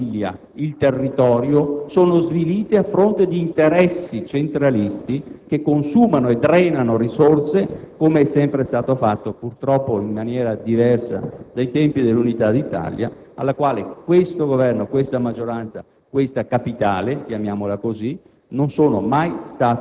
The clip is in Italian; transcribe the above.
componenti fondamentali - l'impresa, la famiglia, il territorio - sono svilite a fronte di interessi centralisti che consumano e drenano risorse, come è sempre stato fatto purtroppo in maniera diversa dai tempi dell'unità d'Italia, alla quale questo Governo, questa maggioranza,